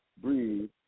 breathe